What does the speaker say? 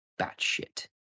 batshit